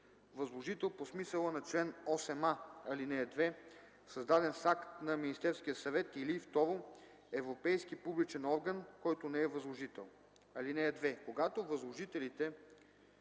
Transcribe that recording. възложител по смисъла на чл. 8а, ал. 2, създаден с акт на Министерския съвет, или 2. европейски публичен орган, който не е възложител. (2) Когато възложителите